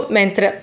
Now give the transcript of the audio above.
mentre